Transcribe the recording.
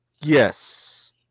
yes